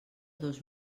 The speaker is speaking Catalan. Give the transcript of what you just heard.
dos